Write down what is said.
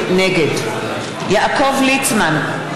נגד יעקב ליצמן,